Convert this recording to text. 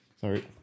Sorry